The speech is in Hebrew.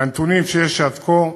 מהנתונים שיש עד כה,